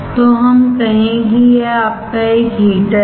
तो हम कहें कि यह आपका एक हीटर है